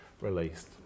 released